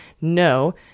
No